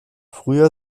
früher